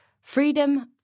Freedom